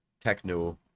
techno